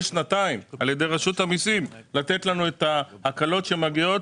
שנתיים על ידי רשות המיסים לתת לנו את ההקלות שמגיעות,